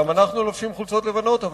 גם אנחנו לובשים היום חולצות לבנות.